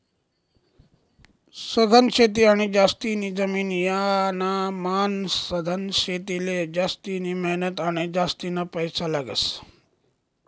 सघन शेती आणि जास्तीनी जमीन यानामान सधन शेतीले जास्तिनी मेहनत आणि जास्तीना पैसा लागस